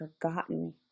forgotten